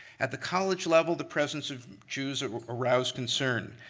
at the college level, the presence of jews aroused concern.